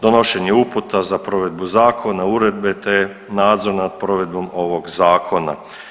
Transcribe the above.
Donošenje uputa za provedbu zakona, uredbe te nadzor nad provedbom ovog zakona.